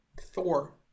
thor